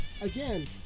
Again